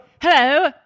Hello